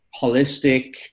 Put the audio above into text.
holistic